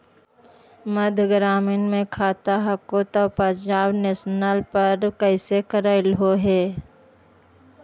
मध्य ग्रामीण मे खाता हको तौ पंजाब नेशनल पर कैसे करैलहो हे?